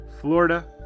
Florida